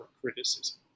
criticism